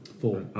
four